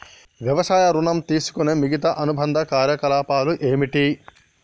వ్యవసాయ ఋణం తీసుకునే మిగితా అనుబంధ కార్యకలాపాలు ఏమిటి?